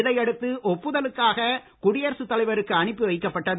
இதை அடுத்து ஒப்புதலுக்காக குடியரசுத் தலைவருக்கு அனுப்பி வைக்கப்பட்டது